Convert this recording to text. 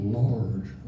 large